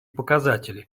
показатели